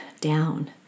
down